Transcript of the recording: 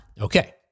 Okay